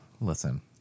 listen